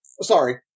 sorry